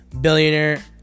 billionaire